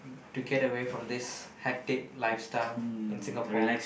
to get away from this hectic lifestyle in Singapore